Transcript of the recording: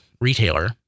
retailer